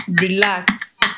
relax